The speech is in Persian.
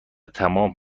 تمام